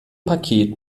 paket